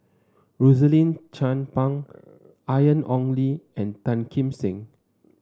Rosaline Chan Pang Ian Ong Li and Tan Kim Seng